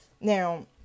Now